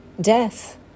death